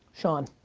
shaun.